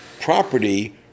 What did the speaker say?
property